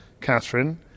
Catherine